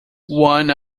one